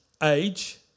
Age